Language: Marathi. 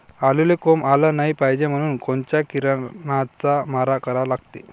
आलूले कोंब आलं नाई पायजे म्हनून कोनच्या किरनाचा मारा करा लागते?